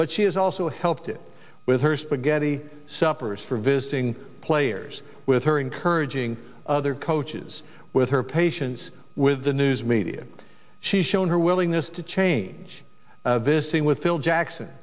but she has also helped it with her spaghetti suppers for visiting players with her encouraging other coaches with her patience with the news media she's shown her willingness to change this ng with phil jackson